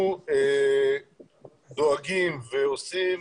אנחנו דואגים ועושים